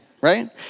Right